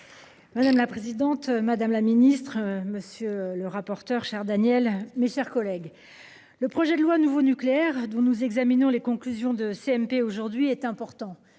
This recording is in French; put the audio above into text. Madame la présidente, madame la ministre, monsieur le rapporteur. Chers Daniel mes chers collègues. Le projet de loi nouveau nucléaire dont nous examinons les conclusions de CMP aujourd'hui est important,